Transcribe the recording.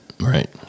right